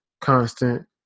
constant